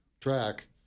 track